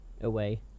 away